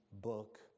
book